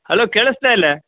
hello ಕೇಳಿಸ್ತ ಇಲ್ಲ